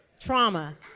Trauma